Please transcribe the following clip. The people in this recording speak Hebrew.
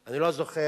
אני לא זוכר,